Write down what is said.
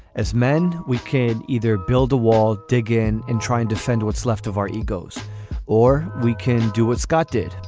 as men we can either build a wall. dig in and try and defend what's left of our egos or we can do what scott did.